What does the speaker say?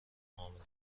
معامله